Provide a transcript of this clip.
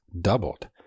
doubled